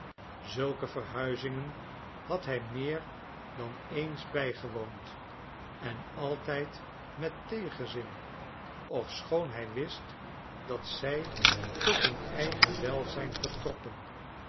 zulke verhuizingen had hij meer dan eens bijgewoond en altijd met tegenzin ofschoon hij wist dat zij tot hun eigen welzijn vertrokken